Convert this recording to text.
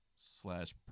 Slash